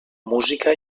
música